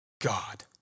God